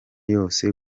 yose